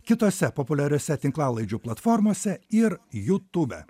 kitose populiariose tinklalaidžių platformose ir jutube